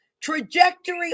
trajectory